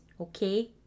okay